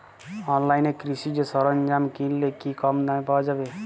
অনলাইনে কৃষিজ সরজ্ঞাম কিনলে কি কমদামে পাওয়া যাবে?